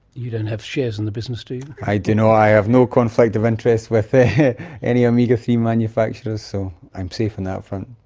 you don't have shares in the business, do you? i do not, i have no conflict of interest with ah any omega three manufacturers, so i'm safe on that front.